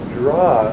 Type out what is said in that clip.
draw